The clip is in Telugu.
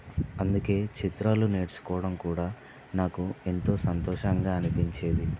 అందుకే చిత్రాలు నేర్చుకోవడం కూడా నాకు ఎంతో సంతోషంగా అనిపించేది